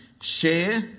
share